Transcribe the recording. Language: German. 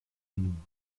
dienen